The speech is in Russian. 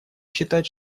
считать